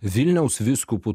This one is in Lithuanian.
vilniaus vyskupu